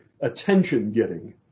attention-getting